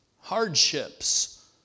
hardships